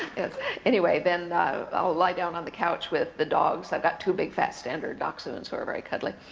anyway, then i'll lie down on the couch with the dogs, i've got two big fat standard dachshunds who are very cuddly,